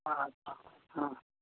আচ্ছা হ্যাঁ